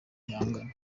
bihangano